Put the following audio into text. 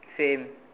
same